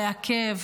לעכב.